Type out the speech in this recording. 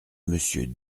monsieur